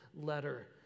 letter